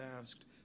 asked